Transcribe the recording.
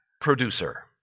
producer